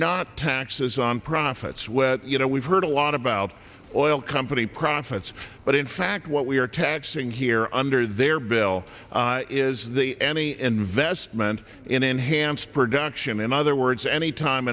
not taxes on profits where you know we've heard a lot about oil company profits but in fact what we are taxing here under their bill is the any investment in enhanced production in other words any time